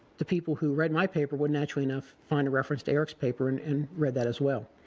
the people who read my paper would naturally enough find a reference to eric's paper and and read that as well.